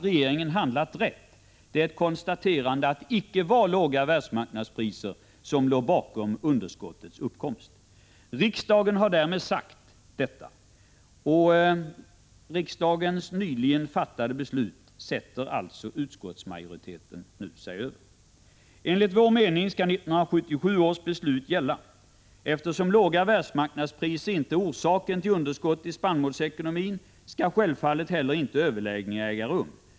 Regeringen handlade nämligen rätt när den slog fast att det icke var låga världsmarknadspriser som låg bakom underskottets uppkomst. Riksdagen har därmed sagt detta. Men utskottsmajoriteten sätter sig över riksdagens nyligen fattade beslut. Enligt vår mening skall 1977 års beslut gälla. Eftersom låga världsmark 63 nadspriser icke är orsaken till underskottet i spannmålsekonomin, skall överläggningar självfallet inte heller äga rum.